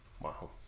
wow